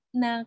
na